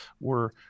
were-